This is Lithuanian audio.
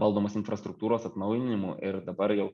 valdomos infrastruktūros atnaujinimų ir dabar jau